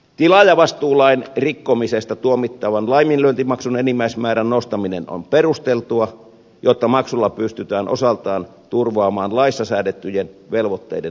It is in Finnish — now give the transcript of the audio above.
tilaajavastuulain rikkomisesta tuomittavan laiminlyöntimaksun enimmäismäärän nostaminen on perusteltua jotta maksulla pystytään osaltaan turvaamaan laissa säädettyjen velvoitteiden noudattaminen